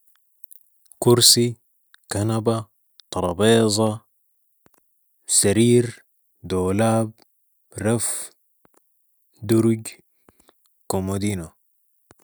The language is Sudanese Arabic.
كرسي ، كنبة ، طرييظة ، سرير، دولاب ، رف ، درج ،